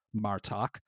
Martok